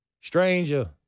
stranger